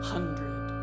Hundred